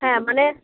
হ্যাঁ মানে